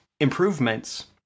improvements